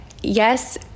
Yes